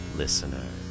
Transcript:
listener